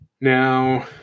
Now